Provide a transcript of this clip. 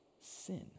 sin